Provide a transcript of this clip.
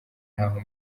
ntaho